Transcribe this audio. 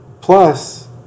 Plus